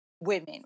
women